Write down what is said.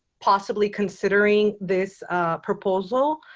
possibly considering this proposal,